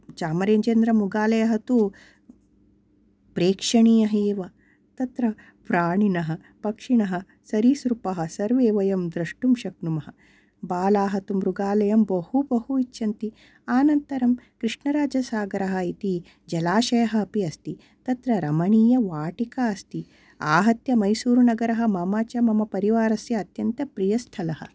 तत्र चामराजेन्द्रमृगालयः तु प्रेक्षणीयः एव तत्र प्राणिनः पक्षिणः सरीसृपाः सर्वे वयं द्रष्टुं शक्नुमः बालाः तु मृगालयं बहु बहु इच्छन्ति आनन्तरं कृष्णराजसागरः इति जलाशयः अपि अस्ति तत्र रमणीयवाटिका अस्ति आहत्य मैसूरुनगरः मम च मम परिवारस्य अत्यन्तं प्रियस्थलः